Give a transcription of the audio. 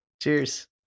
Cheers